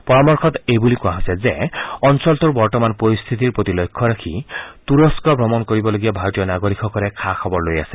পৰামৰ্শত এই বুলি কোৱা হৈছে যে অঞ্চলটোৰ বৰ্তমানৰ পৰিস্থিতিৰ প্ৰতি লক্ষ্য ৰাখি তুৰস্ক ভ্ৰমণ কৰিবলগা ভাৰতীয় নাগৰিকসকলে খা খবৰ লৈ আছে